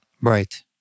Right